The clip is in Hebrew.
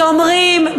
שומרים,